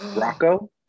Rocco